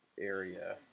area